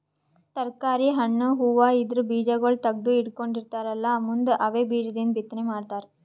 ತರ್ಕಾರಿ, ಹಣ್ಣ್, ಹೂವಾ ಇದ್ರ್ ಬೀಜಾಗೋಳ್ ತಗದು ಇಟ್ಕೊಂಡಿರತಾರ್ ಮುಂದ್ ಅವೇ ಬೀಜದಿಂದ್ ಬಿತ್ತನೆ ಮಾಡ್ತರ್